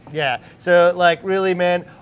yeah, so like really man,